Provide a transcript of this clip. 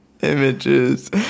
Images